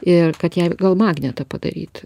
ir kad jai gal magnetą padaryt